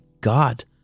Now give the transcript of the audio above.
god